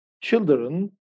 children